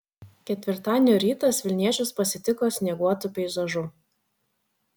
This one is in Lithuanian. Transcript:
ketvirtadienio rytas vilniečius pasitiko snieguotu peizažu